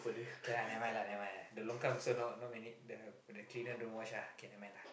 k lah never mind lah never mind lah the longkang also not not many the the cleaner don't wash ah k never mind lah